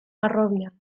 harrobian